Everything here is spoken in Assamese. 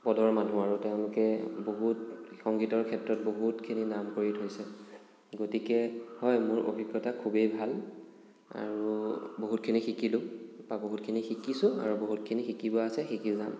পদৰ মানুহ আৰু তেওঁলোকে বহুত সংগীতৰ ক্ষেত্ৰত বহুতখিনি নাম কৰি থৈছে গতিকে হয় মোৰ অভিজ্ঞতা খুবেই ভাল আৰু বহুতখিনি শিকিলোঁ বা বহুতখিনি শিকিছোঁ আৰু বহুতখিনি শিকিব আছে শিকি যাম